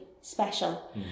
special